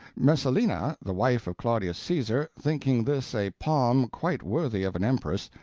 messalina, the wife of claudius caesar, thinking this a palm quite worthy of an empress,